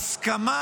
הסכמה"